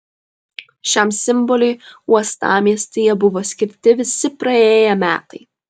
šiam simboliui uostamiestyje buvo skirti visi praėję metai